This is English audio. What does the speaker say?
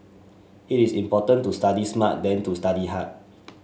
it is important to study smart than to study hard